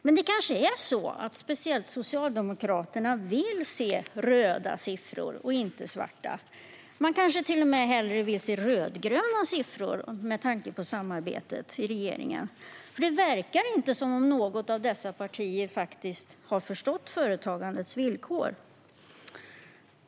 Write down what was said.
Men det är kanske så att speciellt Socialdemokraterna vill se röda siffror och inte svarta. De kanske till och med hellre vill se rödgröna siffror med tanke på samarbetet i regeringen, eftersom det inte verkar som om något av dessa partier har förstått företagandets villkor.